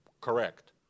correct